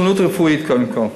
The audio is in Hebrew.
קודם כול,